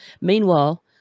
Meanwhile